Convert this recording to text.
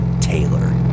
Taylor